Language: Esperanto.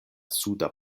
suda